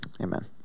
Amen